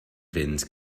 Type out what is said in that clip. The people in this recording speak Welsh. fynd